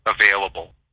available